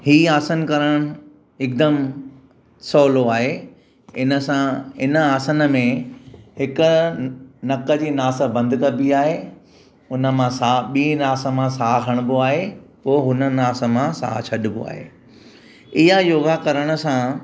हीअ आसनु करण हिकदमि सवलो आहे हिनसां हिन आसन में हिक नक जी नासु बंदि कॿी आहे हुन मां साह बि नास मां साहु खणॿो आहे पोइ हुन नास मां साहु छॾिबो आहे ईअं योगा करण सां